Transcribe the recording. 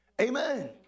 Amen